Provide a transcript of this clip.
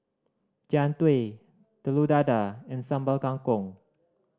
Jian Dui Telur Dadah and Sambal Kangkong